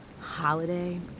holiday